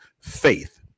faith